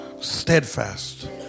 steadfast